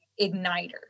igniter